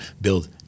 build